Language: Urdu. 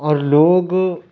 اور لوگ